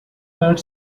third